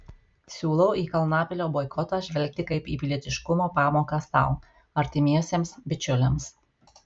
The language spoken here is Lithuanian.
siūlau į kalnapilio boikotą žvelgti kaip į pilietiškumo pamoką sau artimiesiems bičiuliams